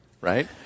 right